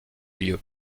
lieu